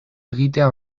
egitea